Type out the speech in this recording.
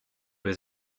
was